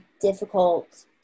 difficult